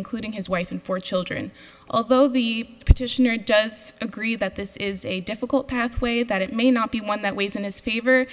including his wife and four children although the petitioner does agree that this is a difficult pathway that it may not be one that weighs in his favor